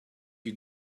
you